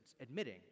admitting